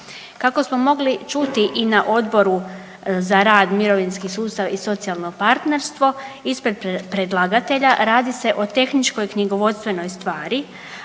Kako smo mogli čuti i na Odboru za rad, mirovinski sustava i socijalno partnerstvo ispred predlagatelja radi se o tehničkoj knjigovodstvenoj stvari,